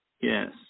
Yes